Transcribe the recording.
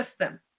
system